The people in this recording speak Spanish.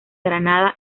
granada